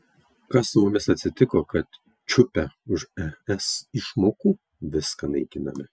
kas su mumis atsitiko kad čiupę už es išmokų viską naikiname